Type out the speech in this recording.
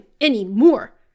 anymore